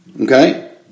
Okay